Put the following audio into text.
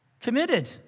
Committed